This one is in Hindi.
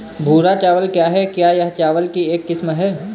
भूरा चावल क्या है? क्या यह चावल की एक किस्म है?